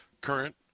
Current